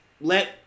let